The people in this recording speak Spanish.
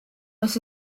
los